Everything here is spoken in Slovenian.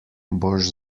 boš